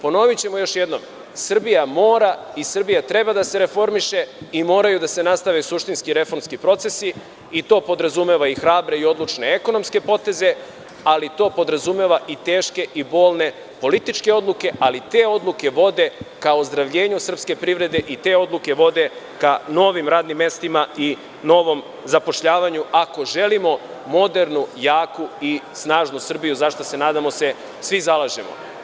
Ponovićemo još jednom, Srbija mora i Srbija treba da se reformiše i moraju da se nastave suštinski i reformski procesi i to podrazumeva i hrabre i odlučne ekonomske poteze, ali to podrazumeva i teške i bolne političke odluke, ali te odluke vode ka ozdravljenju srpske privrede i te odluke vode ka novim radnim mestima i novom zapošljavanju, ako želimo modernu, jaku i snažnu Srbiju, za šta se, nadamo se, svi zalažemo.